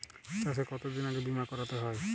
চাষে কতদিন আগে বিমা করাতে হয়?